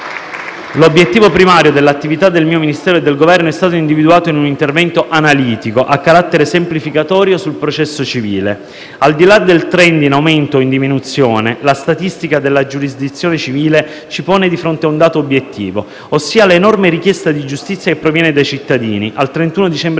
l'obiettivo primario dell'attività del mio Ministero e del Governo è stato individuato in un intervento analitico, a carattere semplificatorio, sul processo civile. Al di là del *trend*, in aumento o in diminuzione, la statistica della giurisdizione civile ci pone di fronte a un dato obiettivo, ossia l'enorme richiesta di giustizia che proviene dai cittadini. Al 31 dicembre